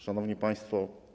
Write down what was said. Szanowni Państwo!